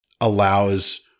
allows